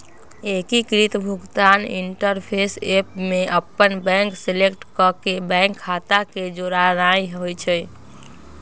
एकीकृत भुगतान interface app में अप्पन बैंक सेलेक्ट क के बैंक खता के जोड़नाइ होइ छइ